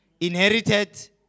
Inherited